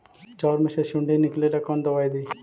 चाउर में से सुंडी निकले ला कौन दवाई दी?